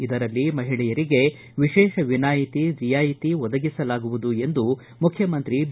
ಇದರಲ್ಲಿ ಮಹಿಳೆಯರಿಗೆ ವಿಶೇಷ ವಿನಾಯಿತಿ ರಿಯಾಯಿತಿ ಒದಗಿಸಲಾಗುವುದು ಎಂದು ಮುಖ್ಯಮಂತ್ರಿ ಬಿ